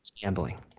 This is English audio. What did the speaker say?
gambling